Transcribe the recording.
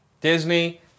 Disney